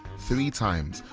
three times,